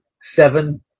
seven